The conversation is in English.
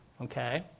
okay